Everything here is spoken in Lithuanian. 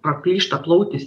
praplyšta plautis